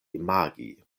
imagi